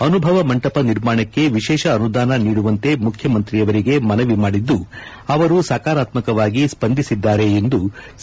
ಅನುಭವ ಮಂಟಪ ನಿರ್ಮಾಣಕ್ಕೆ ವಿಶೇಷ ಅನುದಾನ ನೀಡುವಂತೆ ಮುಖ್ಯಮಂತ್ರಿಯವರಿಗೆ ಮನವಿ ಮಾಡಿದ್ದು ಅವರು ಸಕಾರಾತ್ಯಕವಾಗಿ ಸ್ವಂದಿಸಿದ್ದಾರೆ ಎಂದು ಸಿ